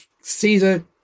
Caesar